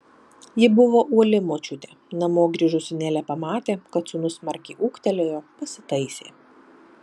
ji buvo uoli močiutė namo grįžusi nelė pamatė kad sūnus smarkiai ūgtelėjo pasitaisė